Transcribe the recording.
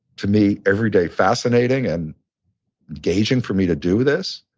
to me, every day fascinating and engaging for me to do this.